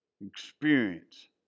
experience